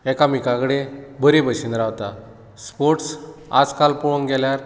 एकामेकाकडे बरी बशेंन रावता स्पोर्ट्स आज काल पळोवक गेल्यार